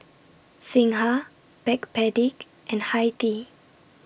Singha Backpedic and Hi Tea